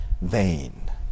vain